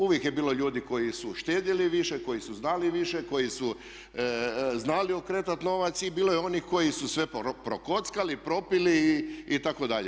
Uvijek je bilo ljudi koji su štedjeli više, koji su znali više, koji su znali okretati novac i bilo je onih koji su sve prokockali, propili itd.